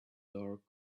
dark